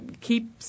keep